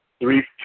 three